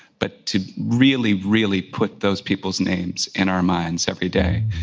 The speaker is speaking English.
but to really, really put those people's names in our minds every day.